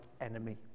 enemy